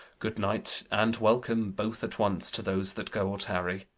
good night and welcome, both at once, to those that go or tarry.